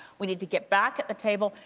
we need to get back at the table.